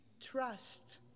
trust